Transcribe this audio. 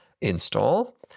install